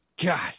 God